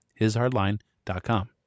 hishardline.com